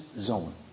zone